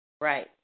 Right